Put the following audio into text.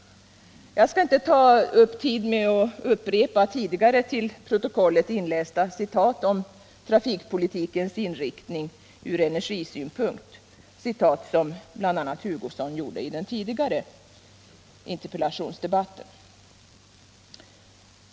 Men jag skall inte ta upp tiden med att upprepa tidigare till protokollet inlästa citat om trafikpolitikens inriktning från energisynpunkt — som bl.a. Kurt Hugosson tagit upp i den tidigare interpellationsdebatten.